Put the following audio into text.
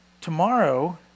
tomorrow